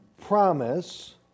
promise